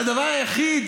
והדבר היחיד